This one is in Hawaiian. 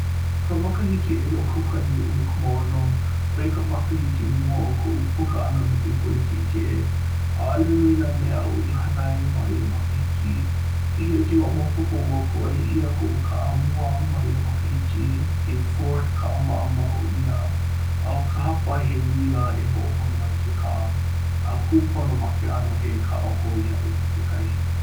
ʻO ka makahiki 2016 ʻoia ka makahiki ma mua o koʻu puka ʻana mai ke kula kiʻekiʻe. ʻAʻole nui nā mea aʻu i hana ai ma ia makahiki. Hiki iaʻu ke hoʻomaopopo ua kūʻai ʻia koʻu kaʻa mua ma ia makahiki he Ford kaʻa maʻamau ia a ʻo ka hapa he uila e hoʻoholo ai ke kaʻa. A kūpono ma ke ʻano he kaʻa hou iaʻu kekahi.